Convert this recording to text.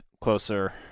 closer